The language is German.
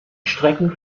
strecken